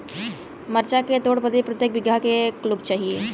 मरचा के तोड़ बदे प्रत्येक बिगहा क लोग चाहिए?